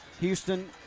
Houston